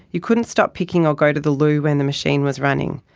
you couldn't stop picking or go to the loo when the machine was running.